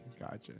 Gotcha